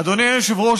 אדוני היושב-ראש,